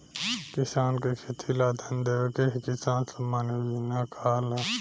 किसान के खेती ला धन देवे के ही किसान सम्मान योजना कहाला